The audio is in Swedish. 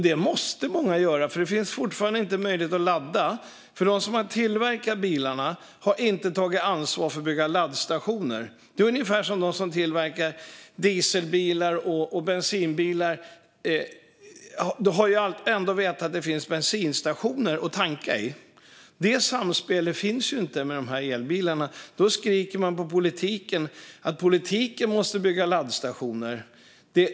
Det måste många göra, för det finns fortfarande inte möjlighet att ladda eftersom de som har tillverkat bilarna inte har tagit ansvar för att bygga laddstationer. De som tillverkar diesel och bensinbilar har ändå vetat att det finns bensinstationer där man kan tanka. Men det samspelet finns inte när det gäller elbilarna. Då skriker man på politiken att politiken måste bygga laddstationer.